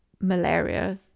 malaria